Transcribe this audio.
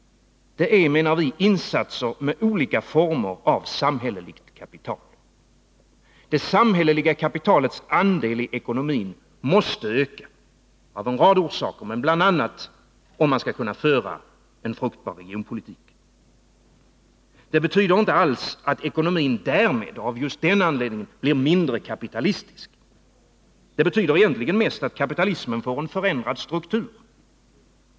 Det är, menar vi, insatser med olika former av samhälleligt kapital. Det samhälleliga kapitalets andel i ekonomin måste öka, av en rad orsaker, bl.a. om man skall kunna föra en fruktbar regionpolitik. Det betyder inte alls att ekonomin blir mindre kapitalistisk. Det betyder egentligen mest att kapitalismen får en förändrad struktur.